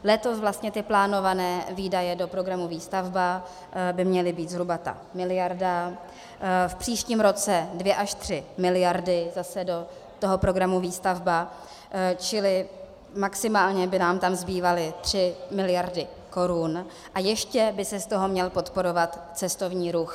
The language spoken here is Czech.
Letos by vlastně plánované výdaje do programu Výstavba měly být zhruba ta miliarda, v příštím roce dvě až tři miliardy zase do toho programu Výstavba, čili maximálně by nám tam zbývaly tři miliardy korun a ještě by se z toho měl podporovat cestovní ruch.